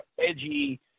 edgy